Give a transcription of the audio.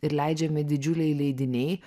ir leidžiami didžiuliai leidiniai